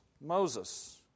Moses